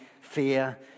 fear